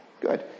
Good